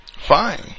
Fine